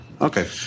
Okay